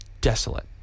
desolate